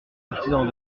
partisans